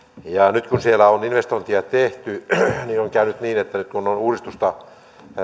ja nyt kun siellä on investointeja tehty on käynyt niin että nyt kun ollaan uudistusta